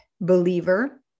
believer